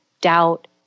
Doubt